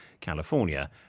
California